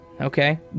okay